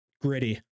gritty